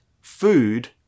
food